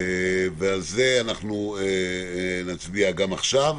על זה נצביע עכשיו,